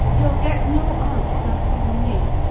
you'll get no answer from me.